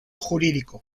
jurídico